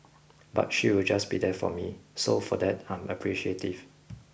but she'll just be there for me so for that I'm appreciative